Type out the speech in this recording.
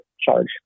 charge